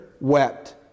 wept